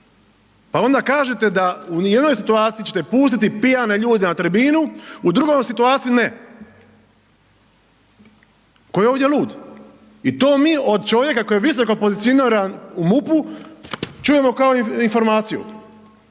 pa onda kažete da ni u jednoj situaciji ćete pustiti pijane ljude na tribinu, u drugoj situaciji ne. Tko je ovdje lud? I to mi od čovjeka koji je visoko pozicioniran u MUP-u čujemo kao informaciju.